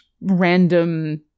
random